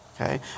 okay